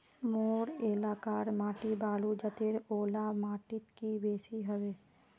मोर एलाकार माटी बालू जतेर ओ ला माटित की बेसी हबे?